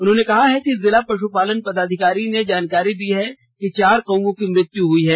उन्होंने कहा कि जिला पशुपालन पदाधिकारी ने जानकारी दी है कि चार कौओं की मृत्यु हुई है